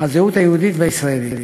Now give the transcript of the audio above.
והזהות היהודית והישראלית.